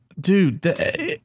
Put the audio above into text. dude